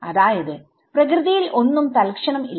അതായത് പ്രകൃതിയിൽ ഒന്നും തൽക്ഷണം ഇല്ല